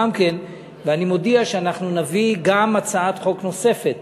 ואני מודיע שאנחנו נביא גם הצעת חוק נוספת,